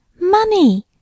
Money